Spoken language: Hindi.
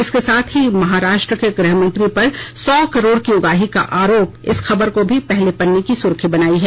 इसके साथ ही महाराष्ट्र के गृह मंत्री पर सौ करोड़ की उगाही का आरोप इस खबर को भी पहले पन्ने की सुर्खी बनायी है